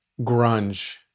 grunge